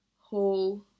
whole